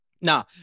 Nah